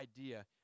idea